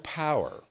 power